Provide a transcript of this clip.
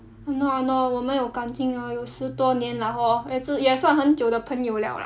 !hannor! !hannor! 我们有感情 ah 有十多年 lah hor 也算很久的朋友 liao lah